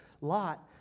Lot